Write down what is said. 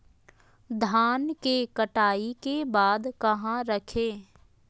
धान के कटाई के बाद कहा रखें?